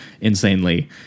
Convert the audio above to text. insanely